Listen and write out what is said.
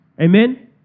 Amen